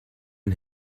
and